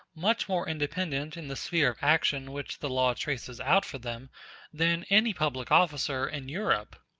much more independent in the sphere of action which the law traces out for them than any public officer in europe.